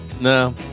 no